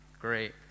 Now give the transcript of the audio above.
great